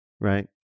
right